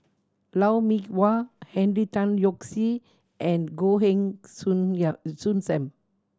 Lou Mee Wah Henry Tan Yoke See and Goh Heng Soon Soon Sam